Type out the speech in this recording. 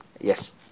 Yes